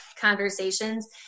conversations